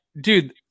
dude